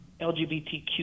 LGBTQ